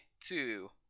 two